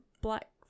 Black